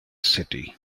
city